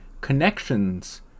Connections